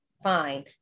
fine